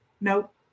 nope